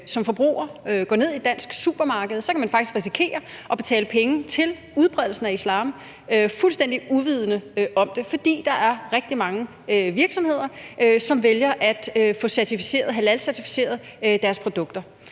som forbruger går ned i et dansk supermarked, kan man faktisk risikere at betale penge til udbredelsen af islam og være fuldstændig uvidende om det, fordi der er rigtig mange virksomheder, som vælger at få halalcertificeret deres produkter.